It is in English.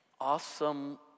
awesome